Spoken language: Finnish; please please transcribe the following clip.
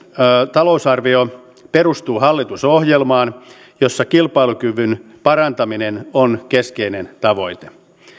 talousarvio perustuu hallitusohjelmaan jossa kilpailukyvyn parantaminen on keskeinen tavoite